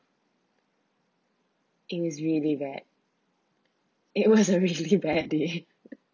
it is really bad it was a really bad day